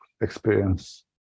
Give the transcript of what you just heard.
experience